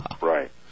Right